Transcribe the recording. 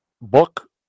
book